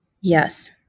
Yes